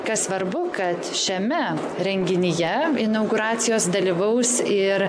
kas svarbu kad šiame renginyje inauguracijos dalyvaus ir